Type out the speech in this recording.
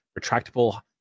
retractable